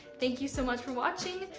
thank you so much for watching.